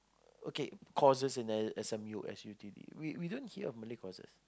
okay courses in S_M_U S_U_T_D we we don't hear of Malay courses